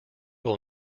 will